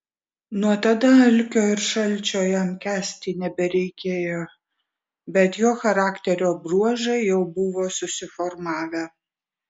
nuo tada alkio ir šalčio jam kęsti nebereikėjo bet jo charakterio bruožai jau buvo susiformavę